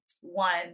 one